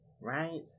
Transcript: Right